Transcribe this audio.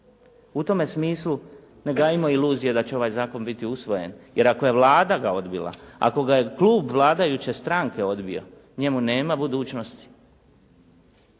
U tome smislu, ne gajimo iluzije da će ovaj zakon biti usvojen, jer ako je Vlada ga odbila, ako ga je klub vladajuće stranke odbio, njemu nema budućnosti.